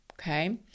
Okay